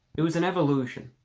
it was an evolution